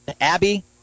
Abby